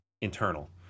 internal